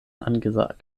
angesagt